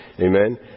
Amen